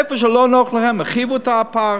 איפה שלא נוח להם הרחיבו את הפער,